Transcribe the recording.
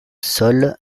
sol